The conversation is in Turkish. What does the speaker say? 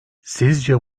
sizce